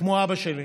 כמו אבא שלי.